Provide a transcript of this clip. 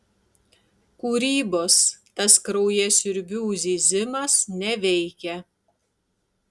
kūrybos tas kraujasiurbių zyzimas neveikia